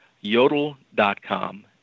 Yodel.com